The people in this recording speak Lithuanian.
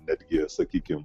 netgi sakykim